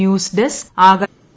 news desk Akashvani